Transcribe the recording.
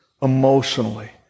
emotionally